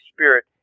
Spirit